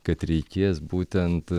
kad reikės būtent